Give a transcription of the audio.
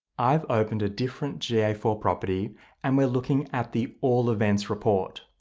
i've opened a different g a four property and we're looking at the all events report.